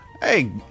Hey